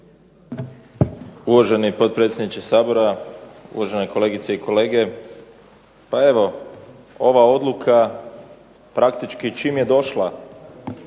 Uvaženi potpredsjedniče Sabora, uvažene kolegice i kolege. Pa evo, ova odluka praktički čim je došla